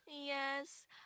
Yes